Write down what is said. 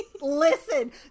Listen